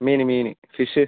മീൻ മീൻ ഫിഷ്